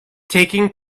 taking